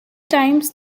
times